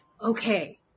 okay